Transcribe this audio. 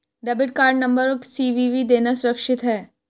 Debit card number और CVV देना सुरक्षित है?